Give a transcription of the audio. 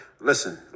listen